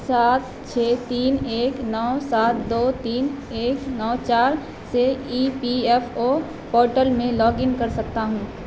سات چھ تین ایک نو سات دو تین ایک نو چار سے E P F O portal میں لاگ ان کر سکتا ہوں